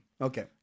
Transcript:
Okay